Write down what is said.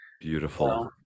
Beautiful